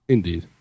Indeed